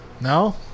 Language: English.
No